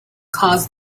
caused